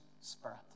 spirit